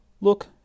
look